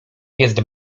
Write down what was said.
jest